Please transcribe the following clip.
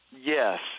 Yes